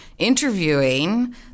interviewing